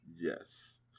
Yes